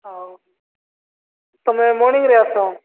ହଉ ତୁମେ ମଣିଙ୍ଗ୍ରେ ଆସ